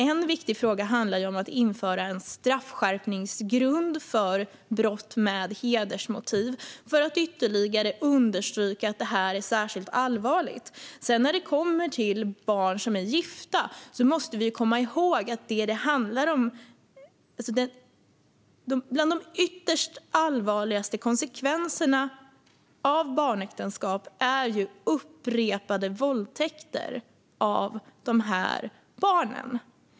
En viktig fråga handlar om att införa en straffskärpningsgrund för brott med hedersmotiv, för att ytterligare understryka att det här är särskilt allvarligt. När det gäller barn som är gifta måste vi komma ihåg att upprepade våldtäkter av de här barnen är bland de yttersta och allvarligaste konsekvenserna.